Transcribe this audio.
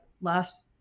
last